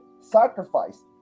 sacrifice